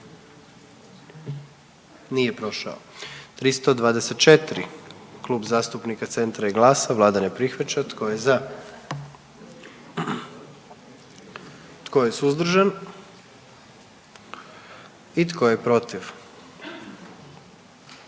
dio zakona. 44. Kluba zastupnika SDP-a, vlada ne prihvaća. Tko je za? Tko je suzdržan? Tko je protiv?